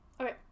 Okay